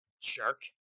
Jerk